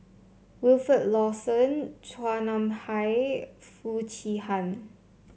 Wilfed Lawson Chua Nam Hai Foo Chee Han